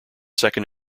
second